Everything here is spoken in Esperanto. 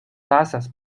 pasas